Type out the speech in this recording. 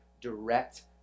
direct